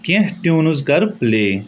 کہنٛہہ ٹیوٗنٕز کَر پلِے